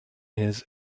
his